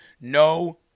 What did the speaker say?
No